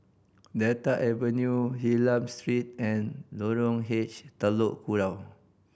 Delta Avenue Hylam Street and Lorong H Telok Kurau